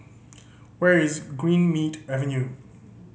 where is Greenmead Avenue